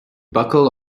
buckle